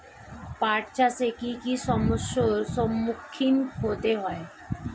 পাঠ চাষে কী কী সমস্যার সম্মুখীন হতে হয়?